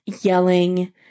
yelling